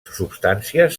substàncies